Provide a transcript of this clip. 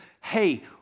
hey